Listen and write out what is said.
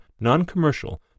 non-commercial